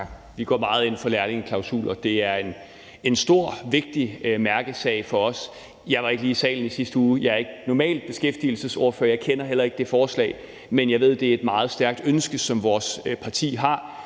Vi går meget ind for lærlingeklausuler. Det er en stor og vigtig mærkesag for os. Jeg var ikke lige i salen i sidste uge, og jeg er normalt ikke beskæftigelsesordfører. Jeg kender heller ikke det forslag, men jeg ved, at det er et meget stærkt ønske, som vores parti har.